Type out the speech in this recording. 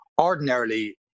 ordinarily